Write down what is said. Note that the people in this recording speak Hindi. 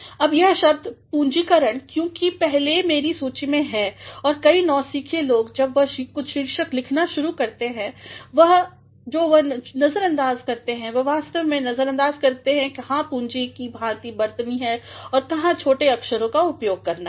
अब यह शब्द पूंजीकरणक्योंकि यही पहले है मेरे सूची में और कई नौसिखिए लोग जब वह कुछ शीर्षक लिखना शुरू करते हैं जो वह नज़रअंदाज़ करते हैं वह वास्तव में नज़अंदाज़ करते हैं कहाँ पूंजीकी भातिबरतनी है और कहाँ छोटे अक्षरों का उपयोग करना है